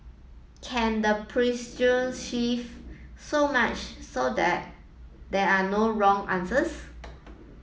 can the shift so much so that they are no wrong answers